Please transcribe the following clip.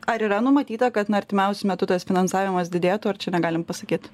ar yra numatyta kad na artimiausiu metu tas finansavimas didėtų ar čia negalim pasakyt